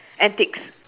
antics